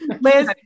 Liz